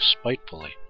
spitefully